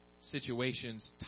situations